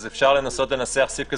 אז אפשר לנסות לנסח סעיף כזה.